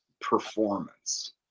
performance